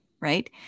right